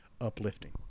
uplifting